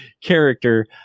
character